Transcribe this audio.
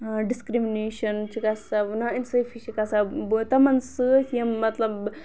discrimination چھِ گژھان نا اِنصٲفی چھِ گژھان تِمَن سۭتۍ یِم مطلب